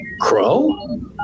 crow